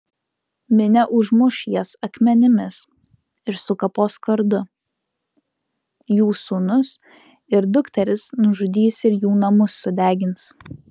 minia užmuš jas akmenimis ir sukapos kardu jų sūnus ir dukteris nužudys ir jų namus sudegins